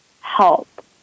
help